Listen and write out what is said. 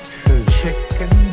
chicken